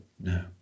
No